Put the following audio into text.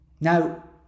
Now